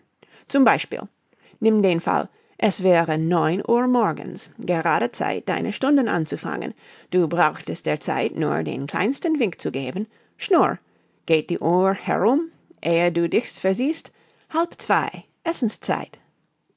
zum beispiel nimm den fall es wäre uhr morgens gerade zeit deine stunden anzufangen du brauchtest der zeit nur den kleinsten wink zu geben schnurr geht die uhr herum ehe du dich's versiehst halb zwei essenszeit